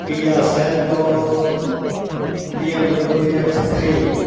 Kia Seltos BMW X three